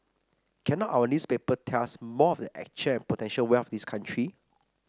cannot our newspaper tell us more of the actual and potential wealth of this country